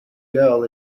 girl